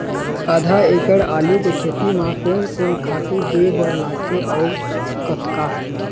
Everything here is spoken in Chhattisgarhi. आधा एकड़ आलू के खेती म कोन कोन खातू दे बर लगथे अऊ कतका?